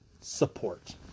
support